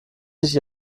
sich